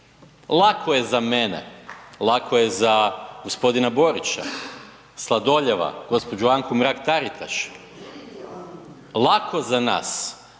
Lako je za mene. Lako je za gospodina Borića, Sladoljeva, gospođu Anku Mrak Taritaš, lako za nas.